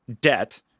debt